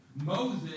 Moses